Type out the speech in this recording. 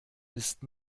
ist